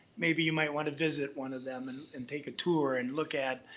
maybe you might wanna visit one of them and and take a tour, and look at.